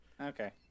Okay